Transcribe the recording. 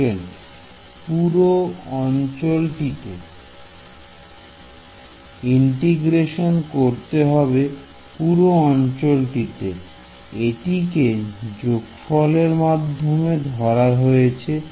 Student পুরো অঞ্চল টিতে ইন্টিগ্রেশন করতে হবে পুরো অঞ্চলটিতে এটিকে যোগফলের মধ্যেই ধরা হয়েছে